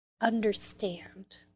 understand